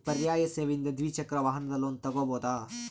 ಪರ್ಯಾಯ ಸೇವೆಯಿಂದ ದ್ವಿಚಕ್ರ ವಾಹನದ ಲೋನ್ ತಗೋಬಹುದಾ?